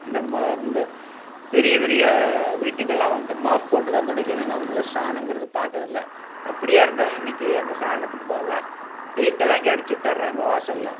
இந்த ம இந்த பெரிய பெரிய வீட்டுக்கெல்லாம் வந்து மாப்போட்டுதான் துடைக்குறாங்க அவங்கள்லாம் சாணம்ங்கிறது பார்க்குறதில்ல அப்படியே இருந்தாலும் இன்னைக்கி அந்த சாணத்துக்கு பதிலாக பெயிண்டை வாங்கி அடிச்சு விட்டுர்றாங்க வாசல்ல